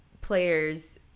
players –